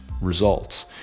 results